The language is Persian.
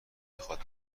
بخواد